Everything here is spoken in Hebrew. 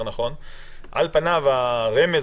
על פניו הרמז,